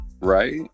Right